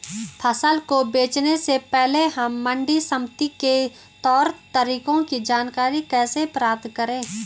फसल को बेचने से पहले हम मंडी समिति के तौर तरीकों की जानकारी कैसे प्राप्त करें?